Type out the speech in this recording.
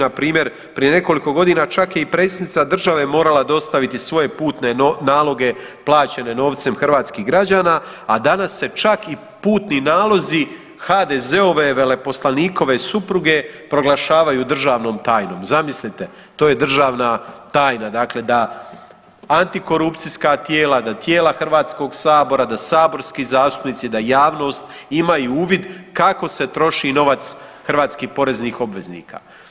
Npr. prije nekoliko godina čak je i predsjednica države morala dostaviti svoje putne naloge plaćene novcem hrvatskih građana, a danas se čak i putni nalozi HDZ-ove veleposlanikove supruge proglašavaju državnom tajnom, zamislite to je državna tajna dakle da antikorupcijska tijela, da tijela HS, da saborski zastupnici, da javnost imaju uvid kako se troši novac hrvatskih poreznih obveznika.